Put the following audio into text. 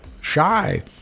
shy